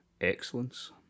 excellence